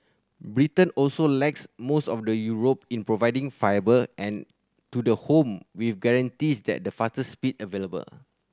Britain also lags most of the Europe in providing fibre and to the home with guarantees that the fastest speed available